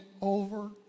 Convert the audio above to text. over